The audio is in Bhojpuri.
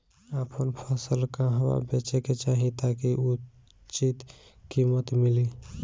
आपन फसल कहवा बेंचे के चाहीं ताकि उचित कीमत मिली?